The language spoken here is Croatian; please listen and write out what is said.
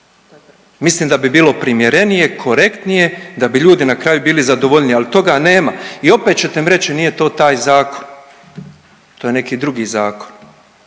mislim da bi bilo primjerenije, korektnije da bi ljudi na kraju bili zadovoljniji. Ali toga nema. I opet ćete mi reći nije to taj zakon, to je neki drugi zakon.